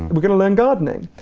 we're gonna learn gardening.